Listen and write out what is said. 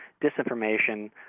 disinformation